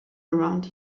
around